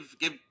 give